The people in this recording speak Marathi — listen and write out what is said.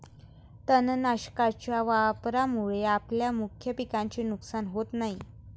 तणनाशकाच्या वापरामुळे आपल्या मुख्य पिकाचे नुकसान होत नाही